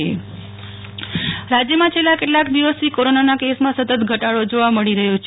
નેહલ ઠકકર રાજય ઃ કોરોના ઃ રાજયમા છેલ્લા કેટલાક દિવસથી કોરોનાના કેસમાં સતત ઘટાડો જોવા મળી રહ્યો છે